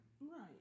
Right